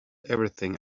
everything